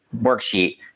worksheet